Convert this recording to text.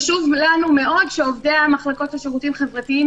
אבל חשוב לנו מאוד שעובדי המחלקות לשירותים חברתיים